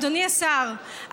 אדוני השר,